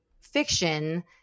fiction